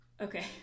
Okay